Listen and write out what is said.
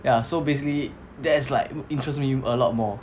ya so basically that's like interest me a lot more